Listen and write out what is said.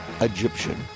Egyptian